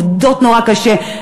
עובדות נורא קשה,